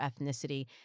ethnicity